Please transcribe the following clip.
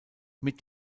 mit